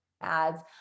ads